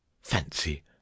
fancy